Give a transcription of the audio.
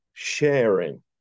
sharing